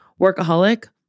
workaholic